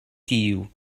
tiu